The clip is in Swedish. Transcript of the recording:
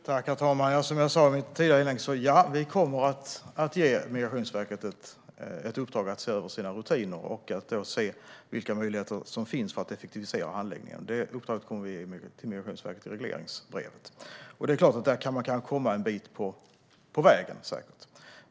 Herr talman! Som jag sa i mitt förra inlägg; Ja, vi kommer att ge Migrationsverket ett uppdrag att se över sina rutiner och se vilka möjligheter som finns för att effektivisera handläggningen. Det uppdraget kommer i regleringsbrevet till Migrationsverket. Det är klart att man där kan komma en bit på väg.